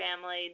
family